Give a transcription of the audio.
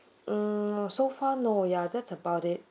mm so far no ya that's about it